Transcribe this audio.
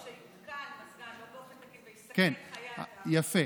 שיותקן מזגן ויסכן חיי אדם, יפה,